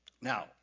Now